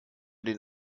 den